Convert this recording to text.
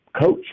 coach